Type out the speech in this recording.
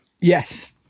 Yes